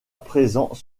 présents